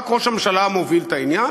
רק ראש הממשלה מוביל את העניין.